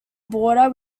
border